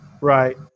right